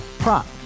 Prop